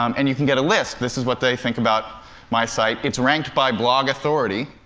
um and you can get a list. this is what they think about my site it's ranked by blog authority.